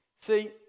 See